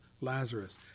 Lazarus